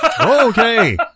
okay